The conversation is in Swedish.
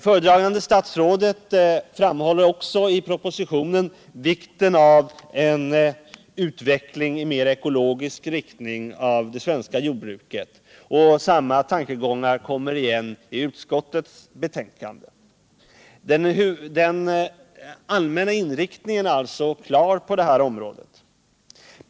Föredragande statsrådet framhåller också i propositionen vikten av en utveckling av det svenska jordbruket i en mer ekologisk riktning, och samma tankegångar kommer igen i utskottets betänkande. Den allmänna inriktningen är alltså klar på det här området.